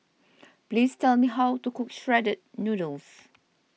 please tell me how to cook Shredded Noodles